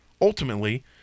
ultimately